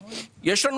צעיר.